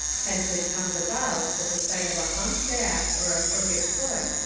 hence it comes about that the sight of a humped back, or a crooked foot.